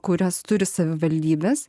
kurias turi savivaldybės